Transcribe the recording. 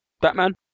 Batman